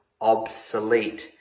obsolete